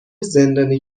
زندانی